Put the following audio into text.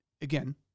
again